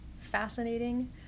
fascinating